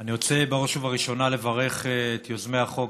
אני רוצה בראש ובראשונה לברך את יוזמי החוק,